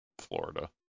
Florida